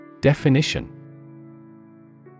Definition